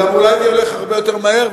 אז אולי זה ילך הרבה יותר מהר,